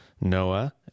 Noah